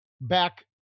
back